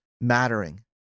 mattering